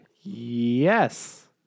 yes